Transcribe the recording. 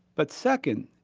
but second,